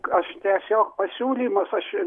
aš tiesiog pasiūlymas aš